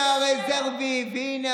הם עמדו פה ואמרו: הינה הרזרבי והינה הגנב.